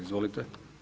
Izvolite.